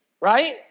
right